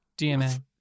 DMA